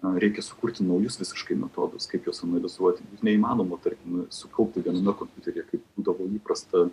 na reikia sukurti naujus visiškai metodus kaip juos analizuoti neįmanoma tarkim sukaupti viename kompiuteryje kaip dabar įprasta